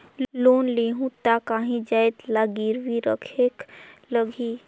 Loan लेहूं ता काहीं जाएत ला गिरवी रखेक लगही?